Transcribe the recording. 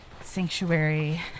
Sanctuary